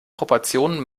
proportionen